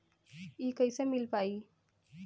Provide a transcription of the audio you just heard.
इ कईसे मिल पाई?